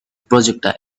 projectile